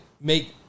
make